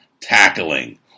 tackling